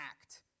act